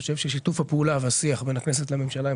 חושב ששיתוף הפעולה והשיח בין הכנסת לממשלה הם